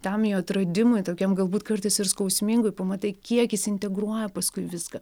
tam jo atradimui tokiam galbūt kartais ir skausmingui pamatai kiek jis integruoja paskui viską